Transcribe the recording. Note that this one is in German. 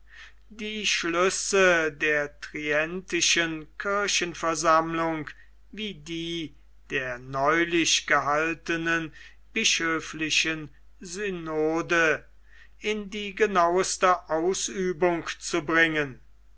die schlüsse der trientischen kirchenversammlung wie die der neulich gehaltenen bischöflichen synode in die genauste ausübung zu bringen